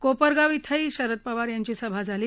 कोपरगाव इथंही शरद पवार यांची सभा झाली